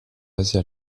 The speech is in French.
basés